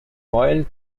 royal